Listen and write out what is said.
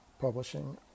publishing